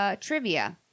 trivia